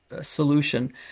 solution